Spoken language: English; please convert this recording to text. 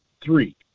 three